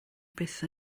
byth